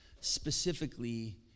specifically